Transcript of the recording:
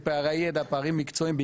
לפערי ידע ולפערים מקצועיים,